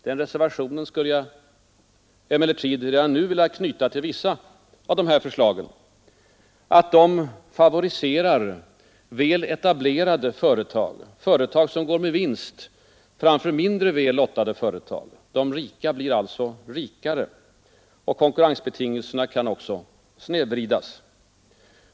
Den reservationen skulle jag emellertid redan nu vilja knyta till vissa av de här förslagen, att de favoriserar väl etablerade företag, företag som går med vinst, framför mindre väl lottade företag. De rika blir alltså rikare. Konkurrensbetingelserna kan också snedvridas.